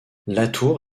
latour